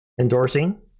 endorsing